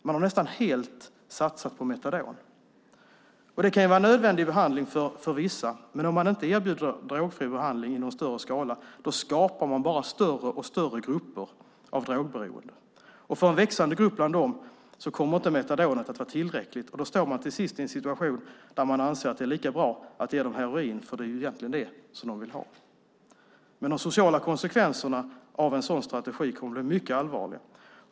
Man har nästan helt satsat på metadon. Det kan vara en nödvändig behandling för vissa, men om man inte erbjuder drogfri behandling i någon större skala skapar man bara större och större grupper av drogberoende. För en växande grupp bland dem kommer metadonet inte att vara tillräckligt, och då står man till sist i en situation där man anser att det är lika bra att ge dem heroin då det ju egentligen är det de vill ha. De sociala konsekvenserna av en sådan strategi kommer att bli mycket allvarliga.